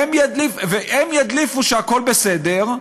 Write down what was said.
והם ידליפו שהכול בסדר,